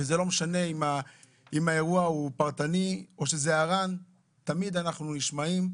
זה לא משנה אם האירוע הוא פרטני או שזה אר"ן; תמיד אנחנו נשמעים,